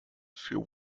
für